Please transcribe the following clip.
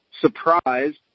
surprised